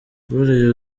buriya